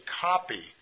copy